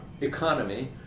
economy